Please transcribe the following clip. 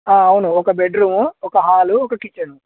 అవును ఒక బెడ్రూమ్ ఒక హాల్ ఒక కిచెను